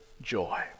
joy